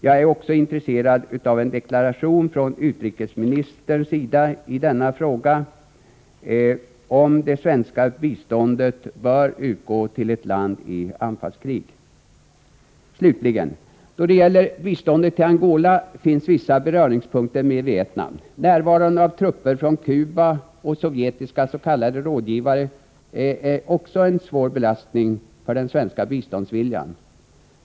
Jag är också intresserad av en deklaration från utrikesministern i denna fråga, dvs. om svenskt bistånd bör utgå till ett land som deltar i anfallskrig. Då det gäller biståndet till Angola finns vissa beröringspunkter med Vietnam. Närvaron av trupper från Cuba och sovjetiska s.k. rådgivare är en svår belastning för den svenska biståndsviljan.